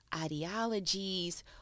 ideologies